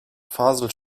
faselt